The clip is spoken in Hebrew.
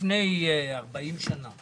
לפני 40 שנה.